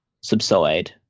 subside